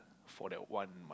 for that one